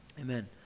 amen